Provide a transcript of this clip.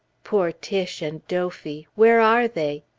poor tiche and dophy where are they?